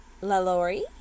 LaLaurie